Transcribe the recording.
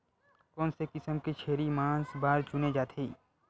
कोन से किसम के छेरी मांस बार चुने जाथे?